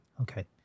Okay